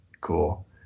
cool